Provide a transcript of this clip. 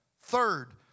Third